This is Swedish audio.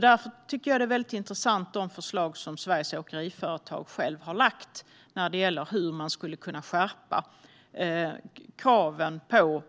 Därför tycker jag att det är väldigt intressanta förslag som Sveriges Åkeriföretag själva har lagt fram när det gäller hur vi skulle kunna skärpa kraven på